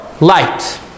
light